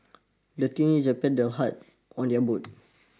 the teenager paddled hard on their boat